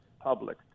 public